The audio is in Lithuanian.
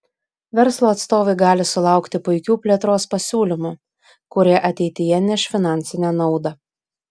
verslo atstovai gali sulaukti puikių plėtros pasiūlymų kurie ateityje neš finansinę naudą